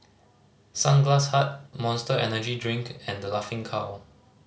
Sunglass Hut Monster Energy Drink and The Laughing Cow